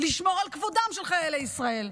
לשמור על כבודם של חיילי ישראל,